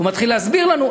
ומתחיל להסביר לנו.